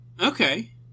Okay